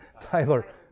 Tyler